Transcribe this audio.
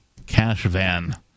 Cashvan